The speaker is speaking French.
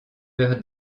heures